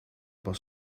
pas